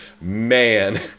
Man